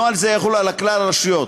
נוהל זה יחול על כלל הרשויות.